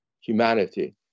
humanity